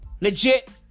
Legit